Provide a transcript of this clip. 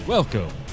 Welcome